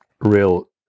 real